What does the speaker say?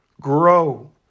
grow